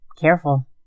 Careful